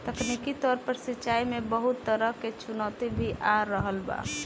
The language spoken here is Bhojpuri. तकनीकी तौर पर सिंचाई में बहुत तरह के चुनौती भी आ रहल बा